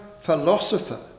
philosopher